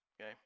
okay